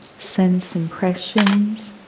sense impressions,